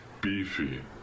beefy